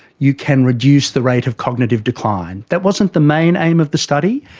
you can reduce the rate of cognitive decline. that wasn't the main aim of the study,